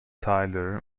tyler